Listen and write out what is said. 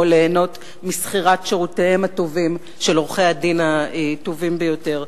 ליהנות משכירת שירותיהם הטובים של עורכי-הדין הטובים ביותר.